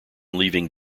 leaving